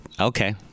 okay